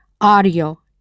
audio